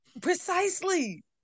precisely